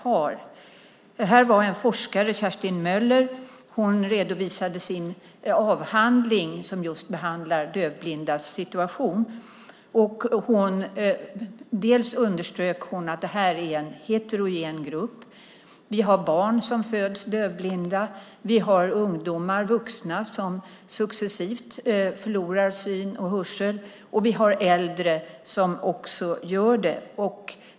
Det var där en forskare, Kerstin Möller, som redovisade sin avhandling som just behandlar dövblindas situation. Hon underströk att det är en heterogen grupp. Vi har barn som föds dövblinda. Vi har ungdomar och vuxna som successivt förlorar syn och hörsel, och vi har äldre som också gör det.